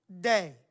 day